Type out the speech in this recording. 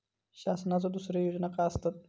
शासनाचो दुसरे योजना काय आसतत?